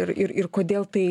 ir ir ir kodėl tai